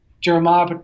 Jeremiah